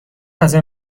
غذای